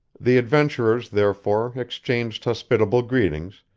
the adventurers, therefore, exchanged hospitable greetings,